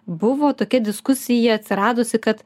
buvo tokia diskusija atsiradusi kad